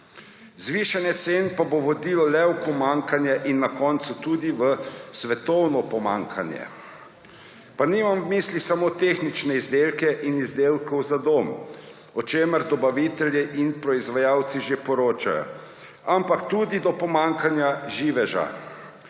Zvišanje cen pa bo vodilo le v pomanjkanje in na koncu tudi v svetovno pomanjkanje. Pa nimam v mislih samo tehničnih izdelkov in izdelkov za dom, o čemer dobavitelji in proizvajalci že poročajo, ampak tudi pomanjkanja živeža.